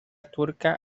turca